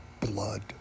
blood